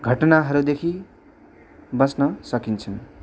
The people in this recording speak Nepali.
घटनाहरूदेखि बाँच्न सकिन्छ